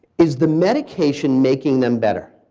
is the medication making them better?